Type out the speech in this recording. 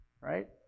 right